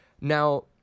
Now